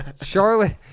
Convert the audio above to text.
Charlotte